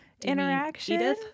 interaction